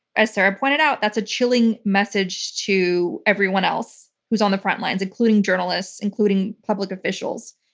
as sarah pointed out, that's a chilling message to everyone else who's on the front lines, including journalists, including public officials.